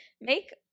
make